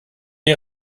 des